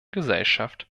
gesellschaft